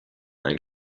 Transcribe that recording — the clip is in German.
ein